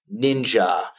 Ninja